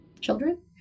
children